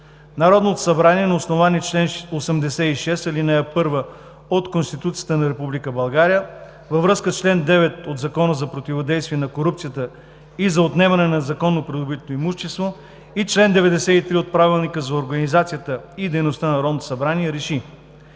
Народното събрание на основание чл. 86, ал. 1 от Конституцията на Република България във връзка с чл. 9 от Закона за противодействие на корупцията и за отнемане на незаконно придобитото имущество и чл. 93 от Правилника за организацията и дейността на Народното събрание Р